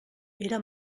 era